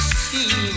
see